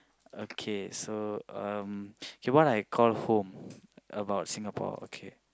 okay so um okay what I call home about Singapore okay